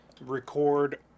record